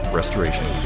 restoration